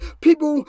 people